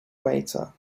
waiter